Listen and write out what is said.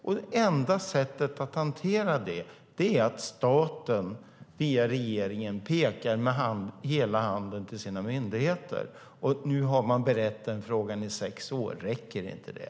Det enda sättet att hantera detta är att staten via regeringen pekar med hela handen åt sina myndigheter. Nu har man berett den frågan i sex år. Räcker inte det?